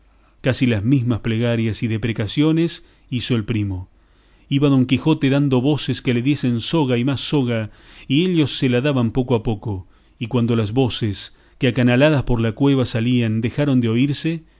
casi las mismas plegarias y deprecaciones hizo el primo iba don quijote dando voces que le diesen soga y más soga y ellos se la daban poco a poco y cuando las voces que acanaladas por la cueva salían dejaron de oírse